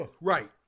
Right